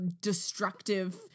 destructive